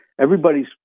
everybody's